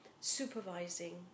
supervising